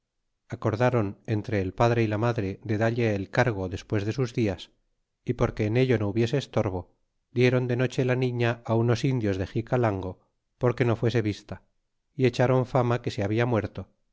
acordron entre el padre y la madre de dalle el cargo despues de sus dias y porque en ello no hubiese estorbo dieron de noche la niña unos indios de xicalango porque no fuese vista y echron fama que se habla muerto